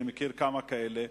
אני מכיר כמה כאלה,